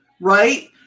Right